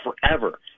forever